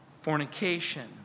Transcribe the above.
fornication